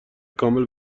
کامل